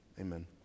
amen